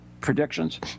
Predictions